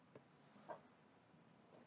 what